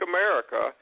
America